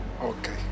Okay